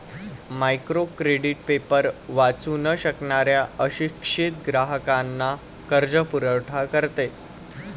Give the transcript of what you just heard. micro credit paper वाचू न शकणाऱ्या अशिक्षित ग्राहकांना कर्जपुरवठा करते